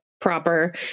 proper